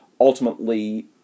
ultimately